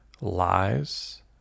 lies